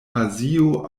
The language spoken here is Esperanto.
azio